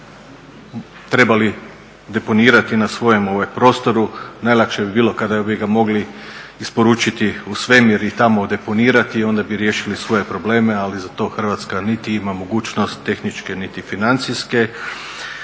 ne bi trebali deponirati na svojem prostoru, najlakše bi bilo kada bi ga mogli isporučiti u svemir i tamo deponirati i onda bi riješili svoje problema, ali za to Hrvatska niti ima mogućnost tehničke niti financijske.